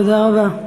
תודה רבה.